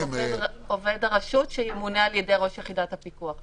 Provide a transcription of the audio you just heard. עובד הרשות שימונה על ידי ראש יחידת הפיקוח.